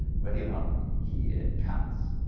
ready or not here it comes.